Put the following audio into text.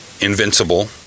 invincible